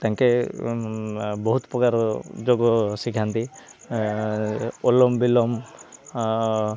ତାଙ୍କେ ବହୁତ ପ୍ରକାର ଯୋଗ ଶିଖାନ୍ତି ଅନୁଲୋମ ବିଲୋମ